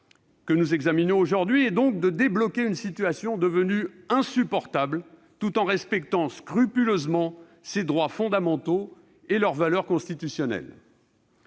que nous examinons aujourd'hui est donc de débloquer une situation devenue insupportable, tout en respectant scrupuleusement ces droits fondamentaux et leur valeur constitutionnelle.